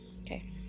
Okay